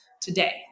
today